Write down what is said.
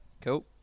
Cool